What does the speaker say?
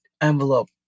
envelope